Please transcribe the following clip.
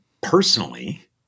personally